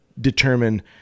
determine